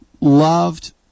loved